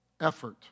Effort